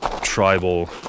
tribal